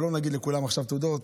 אבל לא נגיד לכולם עכשיו תודות.